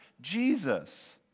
Jesus